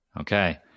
Okay